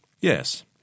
yes